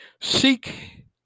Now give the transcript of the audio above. Seek